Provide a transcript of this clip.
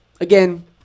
Again